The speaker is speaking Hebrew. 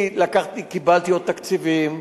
כי קיבלתי עוד תקציבים.